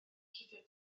cuddio